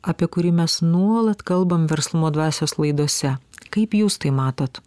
apie kurį mes nuolat kalbam verslumo dvasios laidose kaip jūs tai matot